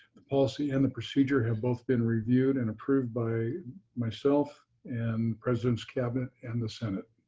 the policy and the procedure have both been reviewed and approved by myself and president's cabinet and the senate.